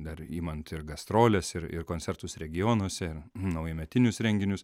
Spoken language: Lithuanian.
dar imant ir gastroles ir ir koncertus regionuose ir naujametinius renginius